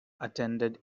attended